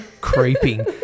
creeping